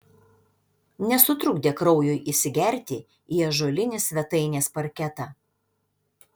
nesutrukdė kraujui įsigerti į ąžuolinį svetainės parketą